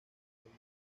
había